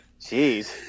Jeez